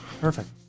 Perfect